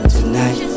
Tonight